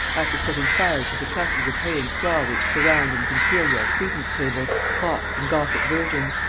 after setting fire to the trusses of hay and straw which surround and conceal your credence-tables, clocks and gothic virgins.